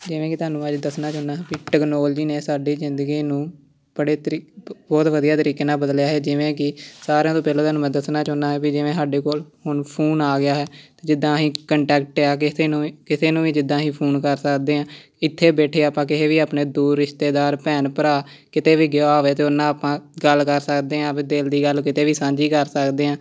ਜਿਵੇਂ ਕਿ ਤੁਹਾਨੂੰ ਅੱਜ ਦੱਸਣਾ ਚਾਹੁੰਦਾ ਹਾਂ ਵੀ ਟੈਕਨੋਲਜੀ ਨੇ ਸਾਡੀ ਜ਼ਿੰਦਗੀ ਨੂੰ ਬੜੇ ਤਰੀਕ ਬਹੁਤ ਵਧੀਆ ਤਰੀਕੇ ਨਾਲ ਬਦਲਿਆ ਹੇ ਜਿਵੇਂ ਕਿ ਸਾਰਿਆਂ ਤੋਂ ਪਹਿਲਾਂ ਤੁਹਾਨੂੰ ਮੈਂ ਦੱਸਣਾ ਚਾਹੁੰਦਾ ਹਾਂ ਵੀ ਜਿਵੇਂ ਸਾਡੇ ਕੋਲ ਹੁਣ ਫੋਨ ਆ ਗਿਆ ਹੈ ਅਤੇ ਜਿੱਦਾਂ ਅਸੀਂ ਕੰਟੈਕਟ ਆ ਕਿਸੇ ਨੂੰ ਕਿਸੇ ਨੂੰ ਵੀ ਜਿੱਦਾਂ ਅਸੀਂ ਫੋਨ ਕਰ ਸਕਦੇ ਹਾਂ ਇੱਥੇ ਬੈਠੇ ਆਪਾਂ ਕਿਸੇ ਵੀ ਆਪਣੇ ਦੂਰ ਰਿਸ਼ਤੇਦਾਰ ਭੈਣ ਭਰਾ ਕਿਤੇ ਵੀ ਗਿਆ ਹੋਵੇ ਤਾਂ ਉਹ ਨਾਲ ਆਪਾਂ ਗੱਲ ਕਰ ਸਕਦੇ ਹਾਂ ਵੀ ਦਿਲ ਦੀ ਗੱਲ ਕਿਤੇ ਵੀ ਸਾਂਝੀ ਕਰ ਸਕਦੇ ਹਾਂ